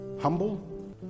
humble